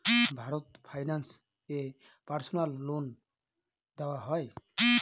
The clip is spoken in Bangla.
ভারত ফাইন্যান্স এ পার্সোনাল লোন দেওয়া হয়?